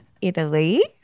Italy